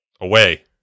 away